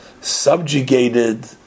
subjugated